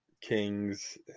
kings